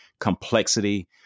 complexity